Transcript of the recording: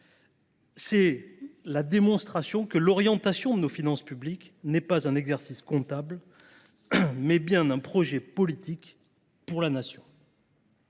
c’est la démonstration que l’orientation de nos finances publiques n’est pas un exercice comptable, mais bien un projet politique pour la Nation.